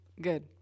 Good